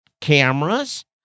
cameras